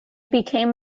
became